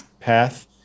path